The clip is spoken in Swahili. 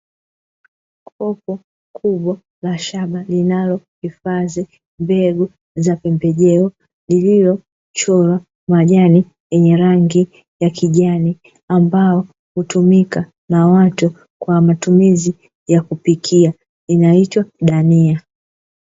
Kopo kubwa la shamba linalohifadhi mbegu za pembejeo, lililochorwa majani yenye rangi ya kijani ambao hutumika na watu kwajili ya matumizi ya kupikia inaitwa dania.